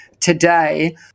today